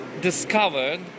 discovered